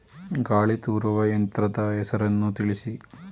ಗಾಳಿ ತೂರುವ ಯಂತ್ರದ ಹೆಸರನ್ನು ತಿಳಿಸಿ?